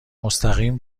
مستقیم